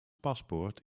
paspoort